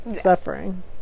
suffering